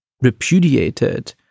repudiated